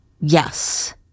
Yes